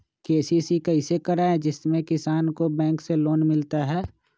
KCC कैसे कराये जिसमे किसान को बैंक से लोन मिलता है?